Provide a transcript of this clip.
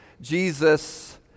Jesus